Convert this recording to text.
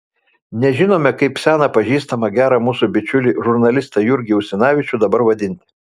nežinome kaip seną pažįstamą gerą mūsų bičiulį žurnalistą jurgį usinavičių dabar vadinti